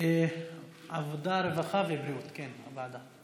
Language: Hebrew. לוועדת העבודה, הרווחה והבריאות נתקבלה.